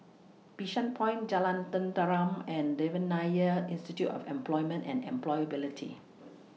Bishan Point Jalan Tenteram and Devan Nair Institute of Employment and Employability